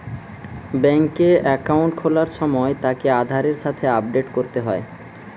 বেংকে একাউন্ট খোলার সময় তাকে আধারের সাথে আপডেট করতে হয়